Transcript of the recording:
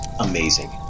amazing